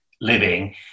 Living